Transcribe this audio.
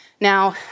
Now